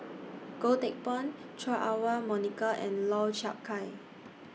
Goh Teck Phuan Chua Ah Huwa Monica and Lau Chiap Khai